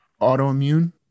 autoimmune